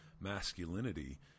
masculinity